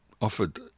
Offered